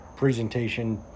presentation